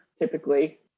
Typically